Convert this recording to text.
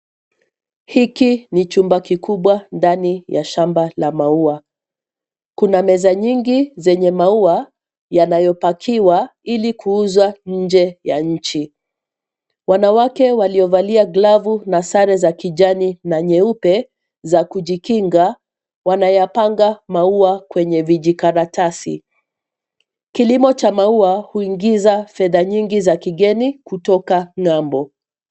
Hiki ni chumba kikubwa ndani ya shamba la maua. Kuna meza nyingi zenye maua yanayopakiwa ili kuuzwa nje ya nchi. Wanawake waliovalia glavu na sare za kijani na nyeupe za kujikinga, wanayapanga maua kwenye vijikaratasi. Kilimo cha maua huingiza fedha nyingi za kigeni kutoka ng'ambo.